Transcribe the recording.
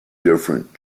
different